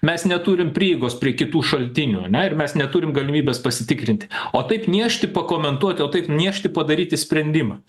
mes neturim prieigos prie kitų šaltinių ane ir mes neturim galimybės pasitikrinti o taip niežti pakomentuoti o taip niežti padaryti sprendimą